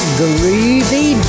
groovy